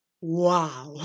Wow